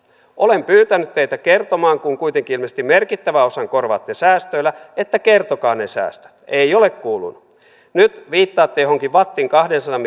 olen pyytänyt teiltä kun kuitenkin ilmeisesti merkittävän osan korvaatte säästöillä että kertokaa ne säästöt ei ole kuulunut nyt viittaatte johonkin vattin kahdensadan